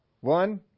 One